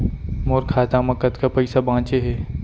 मोर खाता मा कतका पइसा बांचे हे?